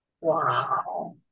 Wow